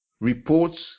reports